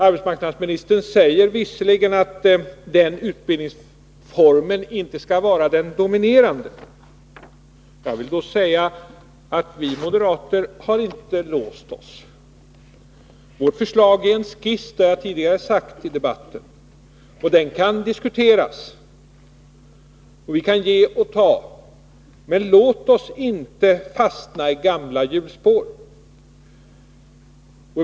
Arbetsmarknadsministern säger visserligen att denna utbildningsform inte skall vara den dominerande, men jag vill då säga att vi moderater inte har låst oss. Vårt förslag är en skiss — det har jag sagt tidigare under debatten. Den kan diskuteras, och vi kan ge och ta. Men låt oss inte fastna i gamla hjulspår.